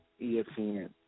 ESPN